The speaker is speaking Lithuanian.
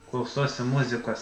klausausi muzikos